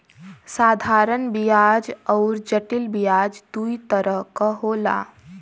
साधारन बियाज अउर जटिल बियाज दूई तरह क होला